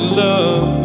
love